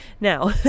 Now